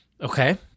Okay